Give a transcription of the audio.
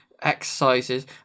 Exercises